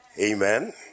Amen